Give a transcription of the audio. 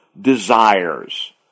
desires